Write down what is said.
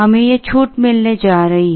हमें यह छूट मिलने जा रही है